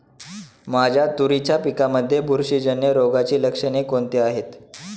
माझ्या तुरीच्या पिकामध्ये बुरशीजन्य रोगाची लक्षणे कोणती आहेत?